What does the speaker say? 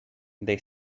they